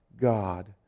God